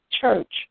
church